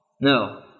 No